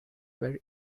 very